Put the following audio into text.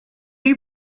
you